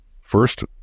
First